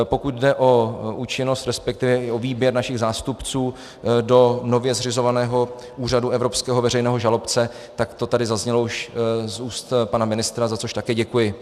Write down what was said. Pokud jde o účinnost, resp. o výběr našich zástupců do nově zřizovaného Úřadu evropského veřejného žalobce, tak to tady zaznělo už z úst pana ministra, za což také děkuji.